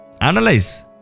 Analyze